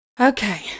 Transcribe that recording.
Okay